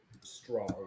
strong